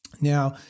Now